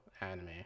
anime